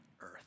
earth